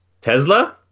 tesla